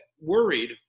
worried